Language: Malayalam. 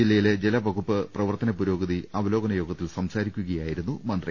ജില്ലയിലെ ജലവകുപ്പ് പ്രവർത്തന പുരോഗതി അവലോകന യോഗ ത്തിൽ സംസാരിക്കുകയായിരുന്നു മന്ത്രി